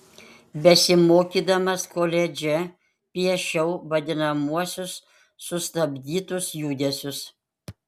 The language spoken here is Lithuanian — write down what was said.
besimokydamas koledže piešiau vadinamuosius sustabdytus judesius